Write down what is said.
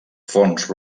forns